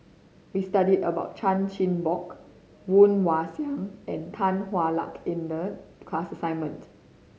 we studied about Chan Chin Bock Woon Wah Siang and Tan Hwa Luck in the class assignment